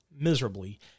miserably